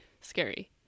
scary